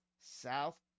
South